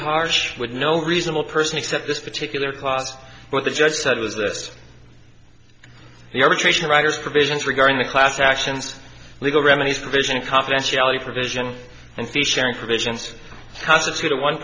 harsh with no reasonable person except this particular class where the judge said was that the arbitration writers provisions regarding the class actions legal remedies provision confidentiality for vision and fee sharing provisions constitute a one